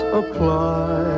apply